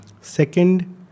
Second